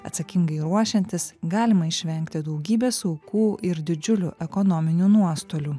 atsakingai ruošiantis galima išvengti daugybės aukų ir didžiulių ekonominių nuostolių